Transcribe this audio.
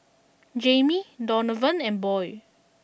Jamie Donavan and Boyd